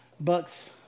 Bucks